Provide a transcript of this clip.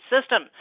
system